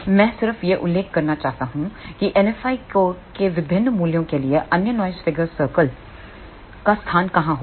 मैं सिर्फ यह उल्लेख करना चाहता हूं कि NFi के विभिन्न मूल्यों के लिए अन्य नॉइस फिगर सर्कल्स का स्थान कहां होगा